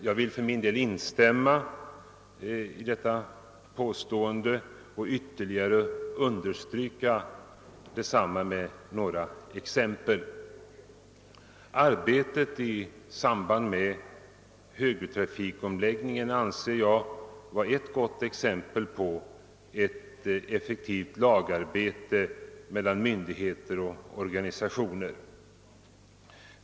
Jag vill instämma i detta påstående och ytterigare understryka detsamma med någ :a exempel. Arbetet i samband med högertrafikomläggningen anser jag vara ett gott exempel på ett effektivt lagarbete mellan myndigheter och organisationer.